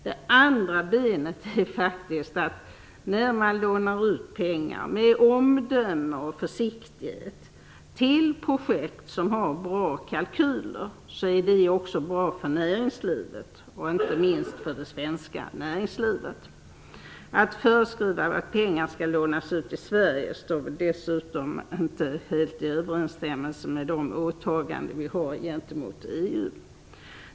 Det andra benet är följande: Att man lånar ut pengar med omdöme och försiktighet till projekt som har bra kalkyler är bra också för näringslivet, inte minst för det svenska näringslivet. Att föreskriva att pengar skall lånas ut till Sverige står inte helt i överensstämmelse med våra åtaganden gentemot EU.